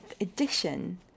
edition